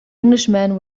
englishman